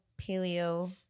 paleo